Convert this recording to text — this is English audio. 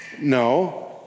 No